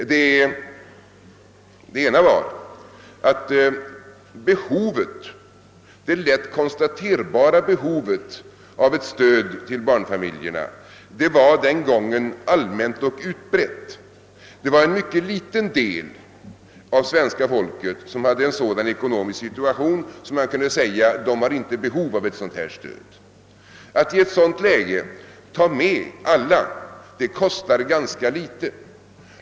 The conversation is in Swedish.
Det ena var att det lätt konstaterbara behovet av ett stöd till barnfamiljerna den gången var allmänt och utbrett. En mycket liten del av svenska folket befann sig i en sådan ekonomisk situation att man inte behövde ett sådant stöd. Att i ett dylikt läge ta med alla kostar ganska litet.